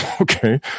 okay